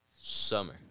Summer